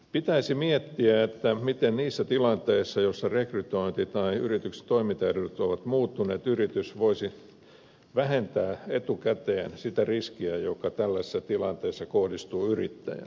pitäisi miettiä miten niissä tilanteissa joissa rekrytointi tai yrityksen toimintaedellytykset ovat muuttuneet yritys voisi vähentää etukäteen sitä riskiä joka tällaisessa tilanteessa kohdistuu yrittäjään